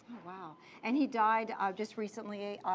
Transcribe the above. and he died just recently,